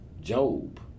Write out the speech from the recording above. Job